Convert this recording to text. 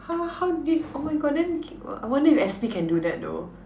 how how did oh my God then I wonder if S_P can do that though